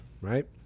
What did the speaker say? right